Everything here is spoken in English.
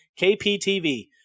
KPTV